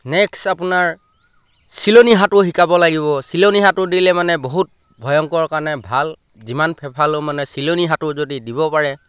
next আপোনাৰ চিলনী সাঁতোৰ শিকাব লাগিব চিলনী সাঁতোৰ দিলে মানে বহুত ভয়ংকৰ কাৰণে ভাল যিমান ফেফালেও মানে চিলনী সাঁতোৰ যদি দিব পাৰে